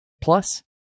Plus